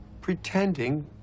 pretending